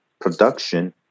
production